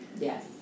Yes